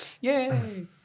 Yay